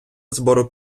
збору